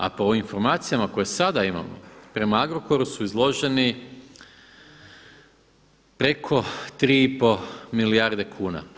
A prema informacijama koje sada imamo, prema Agrokoru su izloženi preko 3,5 milijarde kuna.